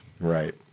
Right